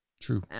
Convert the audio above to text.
true